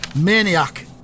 maniac